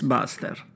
Buster